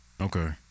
Okay